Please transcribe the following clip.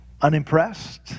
unimpressed